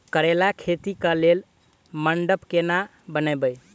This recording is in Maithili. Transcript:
करेला खेती कऽ लेल मंडप केना बनैबे?